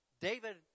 David